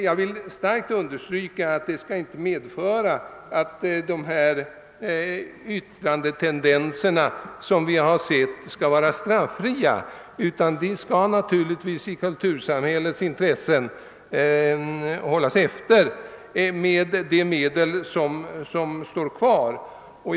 Jag vill starkt understryka att det inte är meningen att förseelser av detta slag skall vara strafffria, utan de skall naturligtvis i kultursamhällets intresse hållas efter med de medel som fortfarande kommer att stå till förfogande.